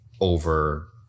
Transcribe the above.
over